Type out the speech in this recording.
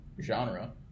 genre